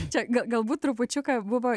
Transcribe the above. čia ga galbūt trupučiuką buvo